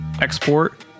export